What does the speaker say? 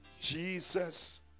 Jesus